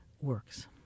works